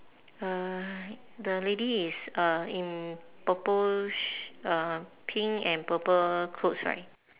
uh the lady is uh in purple sh~ uh pink and purple clothes right